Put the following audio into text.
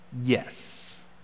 yes